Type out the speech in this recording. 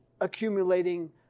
accumulating